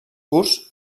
curts